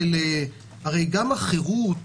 הרי גם החירות